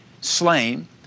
slain